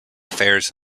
affairs